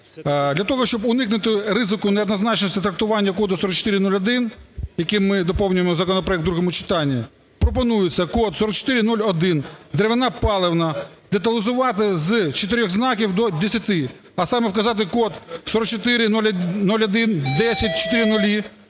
Для того, щоб уникнути ризику неоднозначності трактування коду 4401, яким ми доповнюємо законопроект в другому читанні, пропонується код 4401 "Деревина паливна" деталізувати з чотирьох знаків до десяти. А саме: вказати код 4401100000,